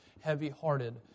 heavy-hearted